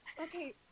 okay